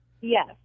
Yes